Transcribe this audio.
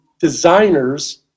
designers